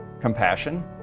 compassion